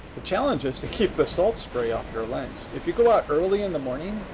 the challenge is to keep the salt spray off your lens. if you go out early in the morning,